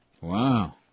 Wow